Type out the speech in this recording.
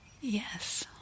Yes